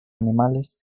animales